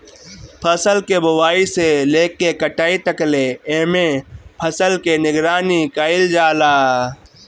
फसल के बोआई से लेके कटाई तकले एमे फसल के निगरानी कईल जाला